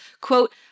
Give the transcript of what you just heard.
quote